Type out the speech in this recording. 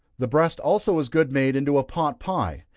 the breast also is good made into a pot pie,